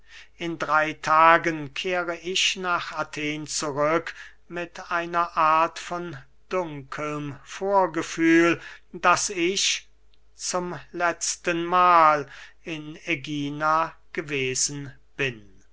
in drey tagen kehre ich nach athen zurück mit einer art von dunkelm vorgefühl daß ich zum letzten mahl in ägina gewesen bin